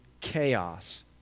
chaos